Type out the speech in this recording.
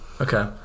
Okay